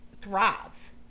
thrive